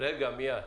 בוקר טוב,